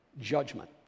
judgment